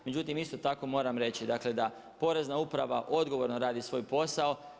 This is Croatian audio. Međutim, isto tako moram reći, dakle da Porezna uprava odgovorno radi svoj posao.